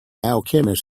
alchemist